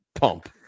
pump